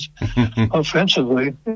offensively